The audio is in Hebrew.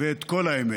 ואת כל האמת.